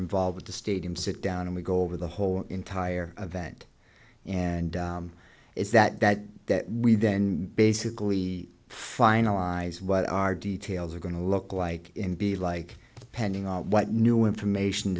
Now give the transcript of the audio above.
involved the stadium sit down and we go over the whole entire event and is that that that we then basically finalize what our details are going to look like in be like pending on what new information